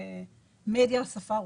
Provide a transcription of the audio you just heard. צורכים מדיה בשפה הרוסית.